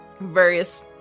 various